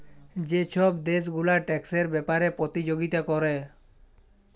যে ছব দ্যাশ গুলা ট্যাক্সের ব্যাপারে পতিযগিতা ক্যরে